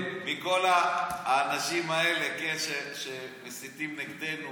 מכל האנשים האלה שמסיתים נגדנו